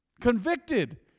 convicted